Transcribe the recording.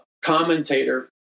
commentator